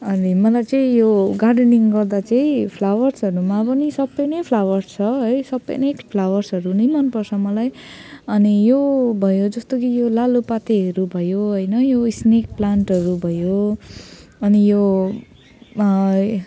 अनि मलाई चाहिँ यो गार्डेनिङ गर्दा चाहिँ फ्लावर्सहरूमा पनि सबै नै फ्लावर्स छ है सबै नै फ्लावर्सहरू नै मनपर्छ मलाई अनि यो भयो जस्तो कि यो लालुपातेहरू भयो होइन यो स्नेक प्लान्टहरू भयो अनि यो